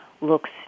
looks